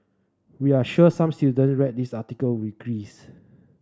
we are sure some student read this article with grace